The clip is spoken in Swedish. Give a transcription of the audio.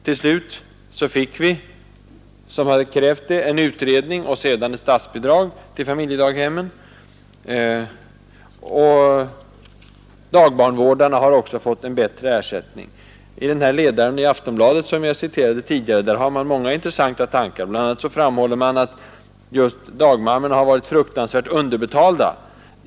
Till slut tillsattes en utredning som vi hade krävt, och vi fick sedan statsbidrag till familjedaghemmen. Dagbarnvårdarna har också fått en bättre ersättning. I den ledare i Aftonbladet som jag citerade tidigare finns många intressanta tankar. BI. a. framhåller man att ”dagmammorna har varit fruktansvärt underbetalda.